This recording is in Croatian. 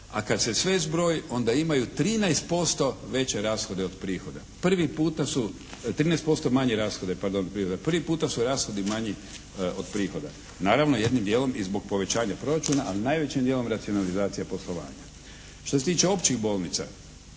A kad se sve zbroji onda imaju 13% veće rashode od prihoda, 13% manje rashode pardon. Prvi puta su rashodi manji od prihoda, naravno jednim djelom i zbog povećanja proračuna ali najvećim djelom racionalizacija poslovanja. Što se tiče općih bolnica